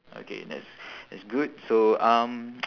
okay that's that's good so um